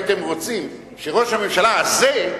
אני אמרתי שראש הממשלה שכלל,